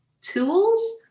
tools